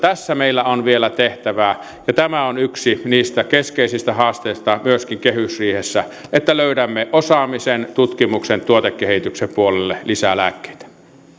meillä on vielä tehtävää ja tämä on yksi niistä keskeisistä haasteista myöskin kehysriihessä että löydämme osaamisen tutkimuksen tuotekehityksen puolelle lisää lääkkeitä